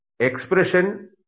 Expression